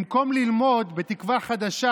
במקום ללמוד בתקווה חדשה